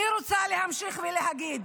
אני רוצה להמשיך ולהגיד: